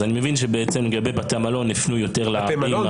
אז אני מבין שבעצם לגבי בתי המלון הפנו יותר --- בתי מלון,